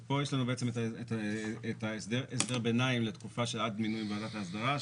אז פה יש לנו בעצם את הסדר הביניים לתקופה של עד מינוי ועדת ההסדרה.